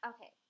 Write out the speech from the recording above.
Okay